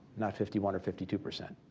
not fifty one or fifty two percent.